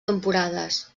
temporades